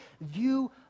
view